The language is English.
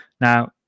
now